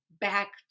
back